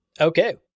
Okay